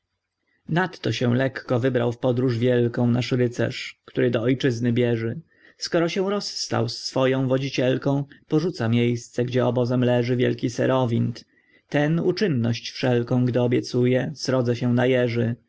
nadto się lekko wybrał w podróż wielką nasz rycerz który do ojczyzny bieży skoro się rozstał z swoją wodzicielką porzuca miejsce gdzie obozem leży wielki serowind ten uczynność wszelką gdy obiecuje srodze się najeży